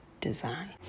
design